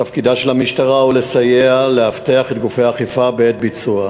תפקידה של המשטרה הוא לסייע לאבטח את גופי האכיפה בעת ביצוע,